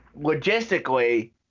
logistically